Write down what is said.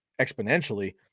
exponentially